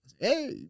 Hey